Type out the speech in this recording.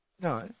No